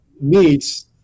meats